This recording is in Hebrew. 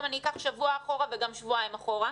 גם אני אקח שבוע אחורה וגם שבועיים אחורה.